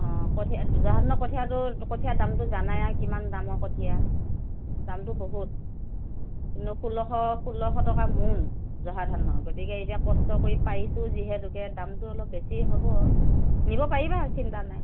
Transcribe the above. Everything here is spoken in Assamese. অ কঠীয়া জহা ধানৰ কঠীয়াটো কঠীয়াৰ দামটো জানাই আৰু কিমান দামৰ কঠীয়া দামটো বহুত ষোল্লশ ষোল্লশ টকা মোন জহা ধানৰ গতিকে এতিয়া কষ্ট কৰি পাৰিছোঁ যিহেতুকে দামটো অলপ বেছি হ'ব নিব পাৰিবা চিন্তা নাই